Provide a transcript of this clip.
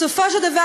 בסופו של דבר,